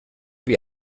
wie